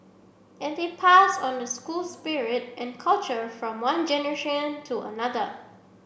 and they pass on the school spirit and culture from one generation to another